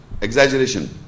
exaggeration